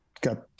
got